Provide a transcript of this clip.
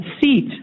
seat